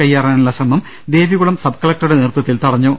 കയ്യേറാനുള്ള ശ്രമം ദേവികുളം സബ്കളക്ടറുടെ നേതൃത്വത്തിൽ തടഞ്ഞു